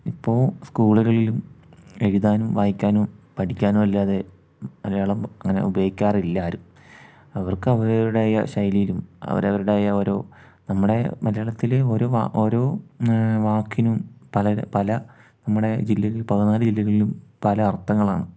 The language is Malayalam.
ഇപ്പോ സ്കൂളുകളിലും എഴുതാനും വായിക്കാനും പഠിക്കാനും അല്ലാതെ മലയാളം അങ്ങനെ ഉപയോഗിക്കാറില്ലാരും അവർക്ക് അവരുടേതായ ശൈലിയിലും അവർ അവരുടേതായ ഓരോ നമ്മുടെ മലയാളത്തിൽ ഓരോ ഓരോ വാക്കിനും പല പല നമ്മുടെ ജില്ലയിൽ പതിനാല് ജില്ലകളിലും പല അർത്ഥങ്ങളാണ്